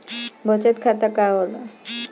बचत खाता का होला?